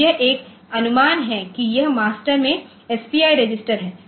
तो यह एक अनुमान है कि यह मास्टर में SPI रजिस्टर है